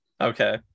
Okay